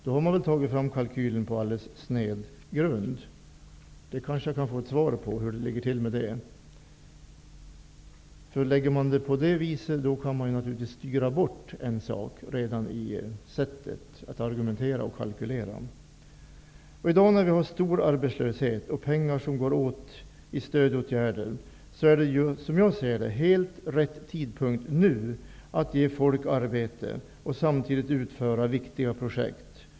Då har man tagit fram kalkylen på alldeles fel grund. Jag kanske kan få ett svar på hur det ligger till med det. Gör man på det viset kan man naturligtvis avstyra en sak redan i sättet att argumentera och kalkylera. Vi har i dag stor arbetslöshet, och stora pengar går åt till stödåtgärder. Det är som jag ser det helt rätt tidpunkt att nu ge folk arbete och samtidigt genomföra viktiga projekt.